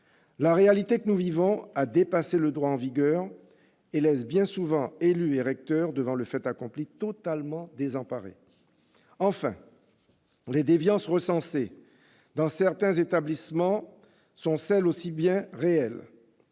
La réalité que nous vivons a dépassé le droit en vigueur et laisse bien souvent élus et recteurs devant le fait accompli, totalement désemparés. Enfin, les déviances recensées dans certains établissements sont, elles aussi, bien réelles.